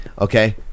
Okay